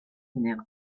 nel